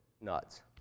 nuts